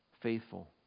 faithful